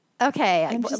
Okay